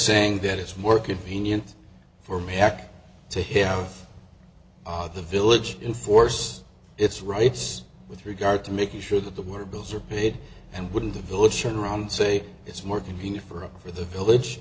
saying that it's more convenient for me back to him the village enforce its rights with regard to making sure that the water bills are paid and wouldn't the village shop around say it's more convenient for up for the village